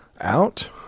out